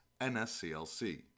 NSCLC